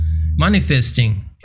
manifesting